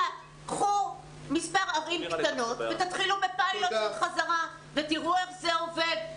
קחו מספר ערים קטנות ותתחילו בפיילוט של חזרה ותראו איך זה עובד.